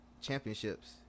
Championships